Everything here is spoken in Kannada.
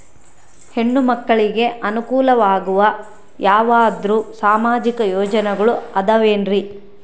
ಹೆಣ್ಣು ಮಕ್ಕಳಿಗೆ ಅನುಕೂಲವಾಗುವ ಯಾವುದೇ ಸಾಮಾಜಿಕ ಯೋಜನೆಗಳು ಅದವೇನ್ರಿ?